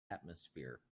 atmosphere